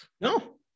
No